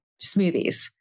smoothies